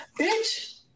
bitch